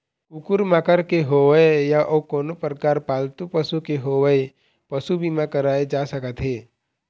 कुकुर माकर के होवय या अउ कोनो परकार पालतू पशु के होवय पसू बीमा कराए जा सकत हे